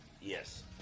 Yes